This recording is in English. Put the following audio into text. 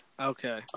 Okay